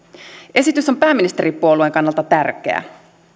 esitys on pääministeripuolueen kannalta tärkeä